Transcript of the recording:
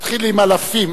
נתחיל עם אלפים.